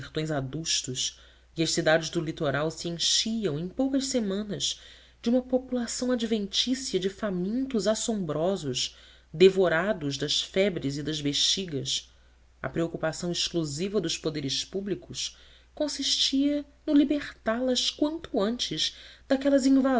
sertões adustos e as cidades do litoral se enchiam em poucas semanas de uma população adventícia de famintos assombrosos devorados das febres e das bexigas a preocupação exclusiva dos poderes públicos consistia no libertá las quanto antes daquelas